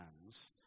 hands